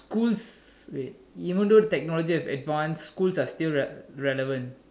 schools wait even though technology has advanced schools are still right relevant